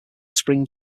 spring